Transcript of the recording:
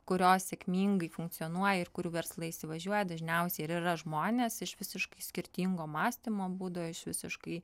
kurios sėkmingai funkcionuoja ir kurių verslai įsivažiuoja dažniausiai ir yra žmonės iš visiškai skirtingo mąstymo būdo iš visiškai